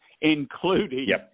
including